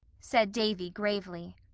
said davy gravely.